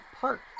Park